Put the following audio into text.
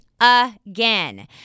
again